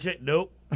Nope